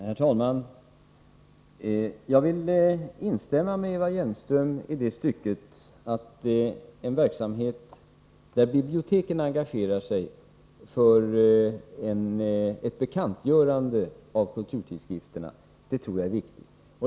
Herr talman! Jag håller med Eva Hjelmström om att en verksamhet, där biblioteken engagerar sig för ett bekantgörande av kulturtidskrifterna, är viktig.